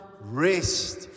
rest